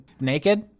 naked